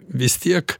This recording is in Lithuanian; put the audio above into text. vis tiek